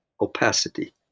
opacity